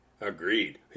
agreed